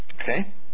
Okay